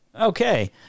Okay